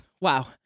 Wow